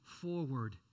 forward